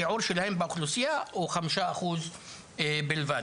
השיעור שלהם מהאוכלוסייה הוא 5% בלבד.